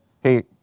hey